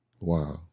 Wow